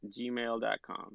gmail.com